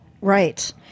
Right